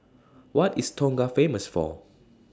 What IS Tonga Famous For